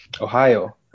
Ohio